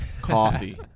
coffee